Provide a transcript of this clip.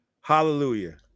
hallelujah